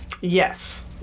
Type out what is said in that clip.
Yes